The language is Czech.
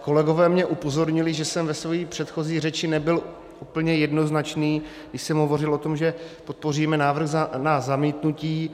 Kolegové mě upozornili, že jsem ve své předchozí řeči nebyl úplně jednoznačný, když jsem hovořil o tom, že podpoříme návrh na zamítnutí.